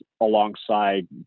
alongside